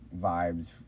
vibes